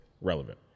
relevant